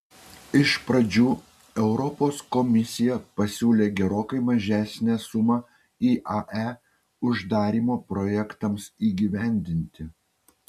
iš pradžių europos komisija pasiūlė gerokai mažesnę sumą iae uždarymo projektams įgyvendinti